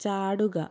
ചാടുക